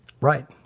Right